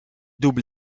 double